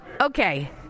okay